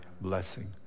blessing